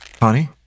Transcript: Honey